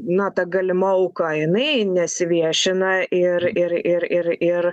no ta galima auka jinai nesiviešina ir ir ir ir ir